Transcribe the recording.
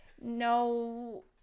No